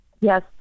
yes